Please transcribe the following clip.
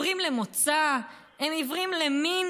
הם עיוורים למוצא,